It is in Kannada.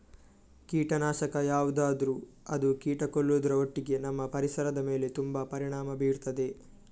ಕೀಟನಾಶಕ ಯಾವ್ದು ಆದ್ರೂ ಅದು ಕೀಟ ಕೊಲ್ಲುದ್ರ ಒಟ್ಟಿಗೆ ನಮ್ಮ ಪರಿಸರದ ಮೇಲೆ ತುಂಬಾ ಪರಿಣಾಮ ಬೀರ್ತದೆ